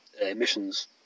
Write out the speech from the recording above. emissions